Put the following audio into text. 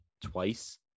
twice